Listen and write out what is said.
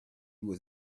was